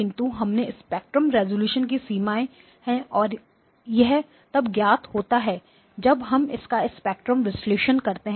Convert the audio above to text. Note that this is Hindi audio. किंतु इसमें स्पेक्ट्रेल रेजोल्यूशन की सीमाएं हैं और यह तब ज्ञात होता है जब हम इसका स्पेक्ट्रेल विश्लेषण करते हैं